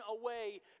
away